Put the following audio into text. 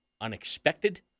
unexpected